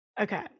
Okay